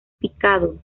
picado